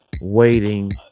waiting